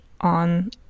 on